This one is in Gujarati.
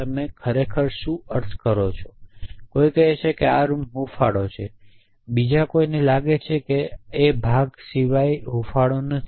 તમે ખરેખર શું અર્થ કરો છો જ્યારે કોઈ કહે છે કે આ રૂમ હૂંફાળો છે બીજા કોઈને લાગે છે કે એ હૂંફાળો નથી